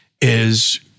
is-